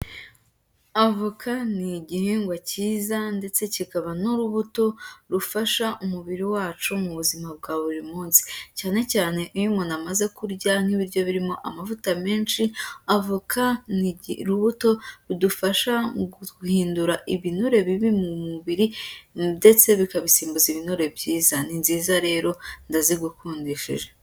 Avoka ni igihingwa cyiza ndetse kikaba n'urubuto rufasha umubiri wacu mu buzima bwa buri munsi, cyane cyane iyo umuntu amaze kurya nk'ibiryo birimo amavuta menshi, avoka ni urubuto rudufasha mu guhindura ibinure bibi mu mubiri, ndetse bikabisimbuza ibinure byiza. Ni nziza rero ndazigukundishije.